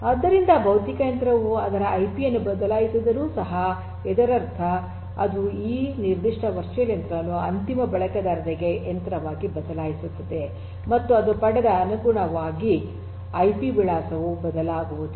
ಆದ್ದರಿಂದ ಭೌತಿಕ ಯಂತ್ರವು ಅದರ ಐಪಿ ಯನ್ನು ಬದಲಾಯಿಸಿದರೂ ಸಹ ಇದರರ್ಥ ಅದು ಈ ನಿರ್ದಿಷ್ಟ ವರ್ಚುವಲ್ ಯಂತ್ರವನ್ನು ಅಂತಿಮ ಬಳಕೆದಾರರಿಗೆ ಯಂತ್ರವಾಗಿ ಬದಲಾಯಿಸುತ್ತದೆ ಮತ್ತು ಅದು ಪಡೆದ ಅನುಗುಣವಾದ ಐಪಿ ವಿಳಾಸವು ಬದಲಾಗುವುದಿಲ್ಲ